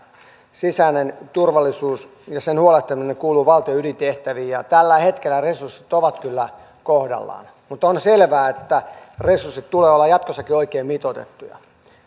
sisäinen turvallisuus ja siitä huolehtiminen kuuluu valtion ydintehtäviin ja tällä hetkellä resurssit ovat kyllä kohdallaan mutta on selvää että resurssien tulee olla jatkossakin oikein mitoitettuja